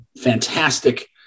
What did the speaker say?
fantastic